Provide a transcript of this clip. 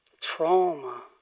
trauma